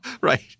Right